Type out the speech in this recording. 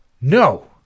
No